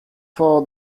for